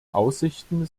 aussichten